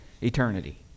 eternity